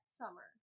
summer